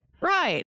Right